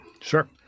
Sure